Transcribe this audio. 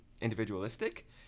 individualistic